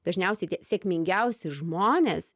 dažniausiai tie sėkmingiausi žmonės